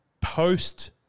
post